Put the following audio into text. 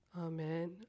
amen